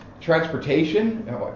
Transportation